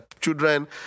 children